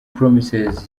promises